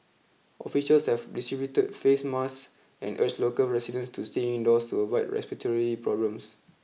officials have distributed face masks and urged local residents to stay indoors to avoid respiratory problems